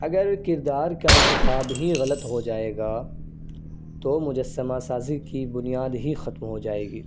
اگر کردار کا انتخاب ہی غلط ہو جائے گا تو مجسمہ سازی کی بنیاد ہی ختم ہو جائے گی